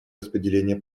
распределение